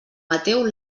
mateu